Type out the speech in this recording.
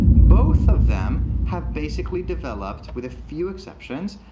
both of them have basically developed, with a few exceptions,